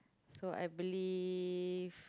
so I believe